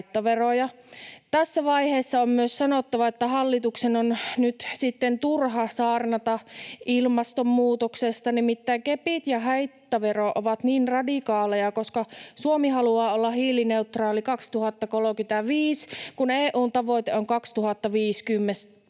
Tässä vaiheessa on myös sanottava, että hallituksen on nyt sitten turha saarnata ilmastonmuutoksesta — nimittäin kepit ja haittavero ovat niin radikaaleja, koska Suomi haluaa olla hiilineutraali 2035, kun EU:n tavoite on 2050.